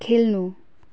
खेल्नु